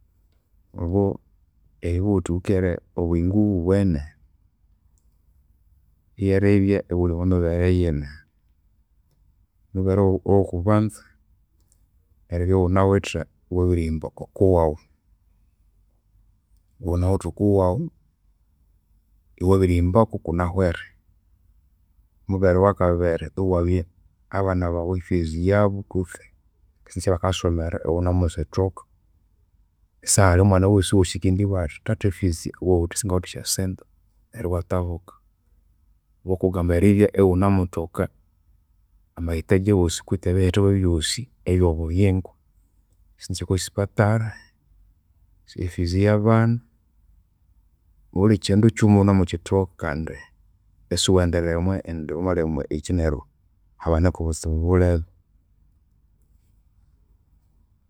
Obo eribugha ghuthi wikere obuyingo obuwene, lyeribya ighuli omwamibere yino. Omubere oghokubanza eribya ighunawithe iwabirihimba okuwaghu, ighunawithe okuwaghu, iwabirihimbaku ikunahwere. Omubere owakabiri iwabya abana baghu efees yabu kutse esyasente esyabakayasomera ighunamusithoka. Isihali omwana wosiwosi eyikendibugha athi thatha efees, wabugha ghuthi singawithe esyasente neru iwatabuka. Obo kugamba eribya ighunamuthoka, amayitaji awosi, kutse ebiyithawa ebyosi ebyobuyingo. Esyasente syokwasipatara, efees yabana, bulikyindu kyighuma ighunimukyithoka kandi isiwendiremwa indi kundi wamalemwa ekyi habanike obutsibu bulebe.